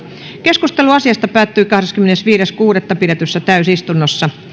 keskustelu asiasta päättyi kahdeskymmenesviides kuudetta kaksituhattakahdeksantoista pidetyssä täysistunnossa